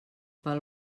pel